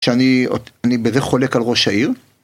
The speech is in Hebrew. שאני עוד אני בזה חולק על ראש העיר?